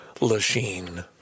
Lachine